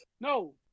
No